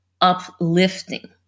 uplifting